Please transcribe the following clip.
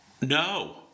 No